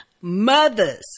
Mothers